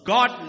God